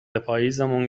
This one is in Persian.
پاییزیمون